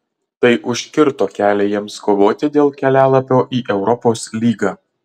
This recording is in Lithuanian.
tai užkirto kelią jiems kovoti dėl kelialapio į europos lygą